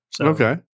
Okay